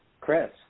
Chris